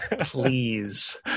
please